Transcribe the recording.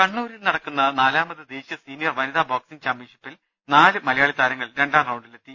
കണ്ണൂരിൽ നടക്കുന്ന നാലാമത് ദേശീയ സീനിയർ വനിത ബോക്സിങ് ചാമ്പ്യൻഷിപ്പിൽ നാല് മലയാളി താരങ്ങൾ രണ്ടാം റൌണ്ടിലെത്തി